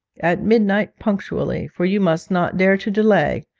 at midnight, punctually, for you must not dare to delay,